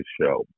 show